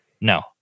No